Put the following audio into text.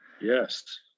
Yes